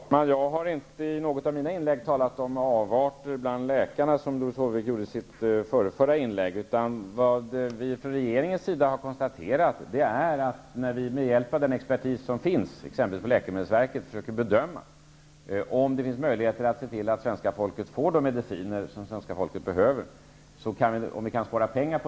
Fru talman! Jag har inte i något av mina inlägg talat om avarter bland läkarna, som Doris Håvik uttryckte det i sitt förrförra inlägg. Vad vi från regeringens sida har gjort är att med hjälp av den expertis som exempelvis finns på läkemedelsverket försöka bedöma om det finns möjligheter att se till att det svenska folket får de mediciner som det svenska folket behöver och om vi på något sätt kan spara pengar.